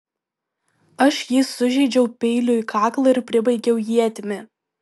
aš jį sužeidžiau peiliu į kaklą ir pribaigiau ietimi